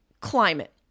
climate